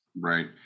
Right